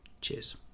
Cheers